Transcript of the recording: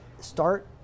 start